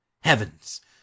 heavens